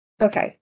Okay